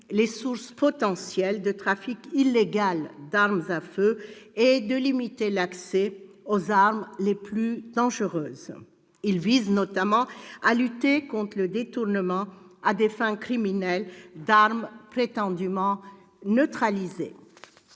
les sources potentielles de trafic illégal d'armes à feu et de limiter l'accès aux armes les plus dangereuses. Il vise notamment à lutter contre le détournement à des fins criminelles d'armes prétendument neutralisées.